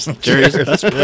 cheers